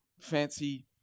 fancy